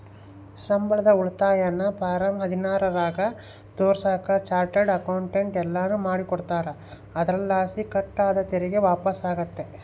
ಸಂಬಳದ ಉಳಿತಾಯನ ಫಾರಂ ಹದಿನಾರರಾಗ ತೋರಿಸಾಕ ಚಾರ್ಟರ್ಡ್ ಅಕೌಂಟೆಂಟ್ ಎಲ್ಲನು ಮಾಡಿಕೊಡ್ತಾರ, ಅದರಲಾಸಿ ಕಟ್ ಆದ ತೆರಿಗೆ ವಾಪಸ್ಸಾತತೆ